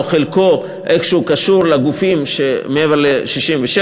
או שחלקו איכשהו קשור לגופים שנמצאים מעבר לקווי 67',